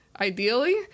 Ideally